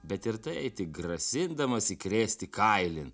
bet ir tai tik grasindamas įkrėsti kailin